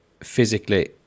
physically